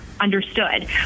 understood